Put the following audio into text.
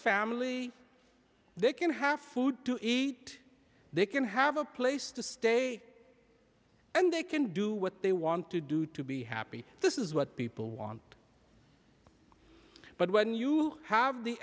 family they can have food to eat they can have a place to stay and they can do what they want to do to be happy this is what people want but when you have the